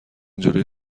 جلوی